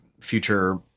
future